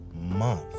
Month